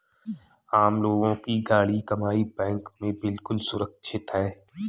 आम लोगों की गाढ़ी कमाई बैंक में बिल्कुल सुरक्षित है